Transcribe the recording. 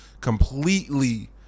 completely